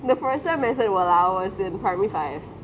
the first time I said !walao! was in primary five